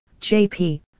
JP